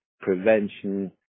prevention